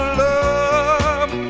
love